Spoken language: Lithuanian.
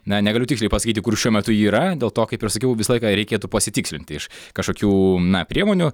na negaliu tiksliai pasakyti kur šiuo metu ji yra dėl to kaip ir sakiau visą laiką reikėtų pasitikslinti iš kažkokių na priemonių